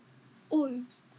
oh